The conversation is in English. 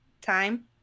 time